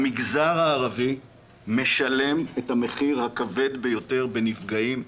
המגזר הערבית משלם את המחיר הכבד ביותר בנפגעים,